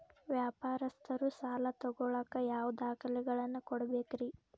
ವ್ಯಾಪಾರಸ್ಥರು ಸಾಲ ತಗೋಳಾಕ್ ಯಾವ ದಾಖಲೆಗಳನ್ನ ಕೊಡಬೇಕ್ರಿ?